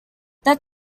that